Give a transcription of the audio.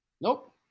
Nope